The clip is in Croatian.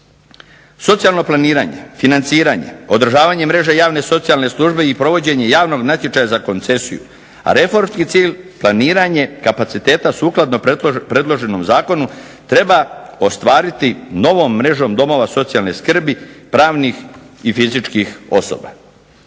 Socijalno planiranje, financiranje, održavanje mreže javne socijalne službe i provođenje javnog natječaja za koncesiju, a reformski cilj planiranje kapaciteta sukladno predloženom zakonu treba ostvariti novom mrežom domova socijalne skrbi, pravnih i fizičkih osoba.